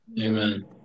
Amen